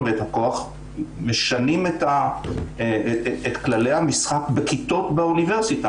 והכוח ומשנים את כללי המשחק בכיתות באוניברסיטה.